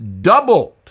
doubled